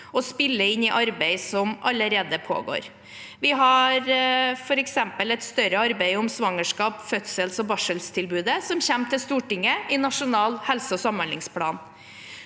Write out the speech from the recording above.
de spiller inn i arbeid som allerede pågår. Vi har f.eks. et større arbeid om svangerskaps-, fødsels- og barseltilbudet, som kommer til Stortinget i Nasjonal helse- og samhandlingsplan.